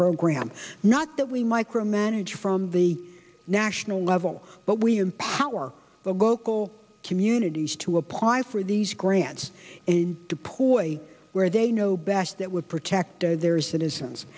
program not that we micromanage from the national level but we empower the local communities to apply for these grants and to poise where they know best that would protect their citizens